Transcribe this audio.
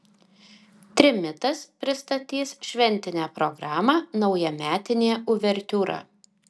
trimitas pristatys šventinę programą naujametinė uvertiūra